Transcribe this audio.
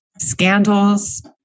scandals